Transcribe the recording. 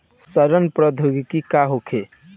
सड़न प्रधौगकी का होखे?